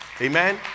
Amen